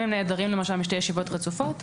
אם הם נעדרים למשל משתי ישיבות רצופות,